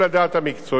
אני חייב לומר רק